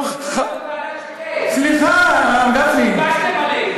היינו צריכים להיות בוועדת שקד, מה שהלבשתם עלינו.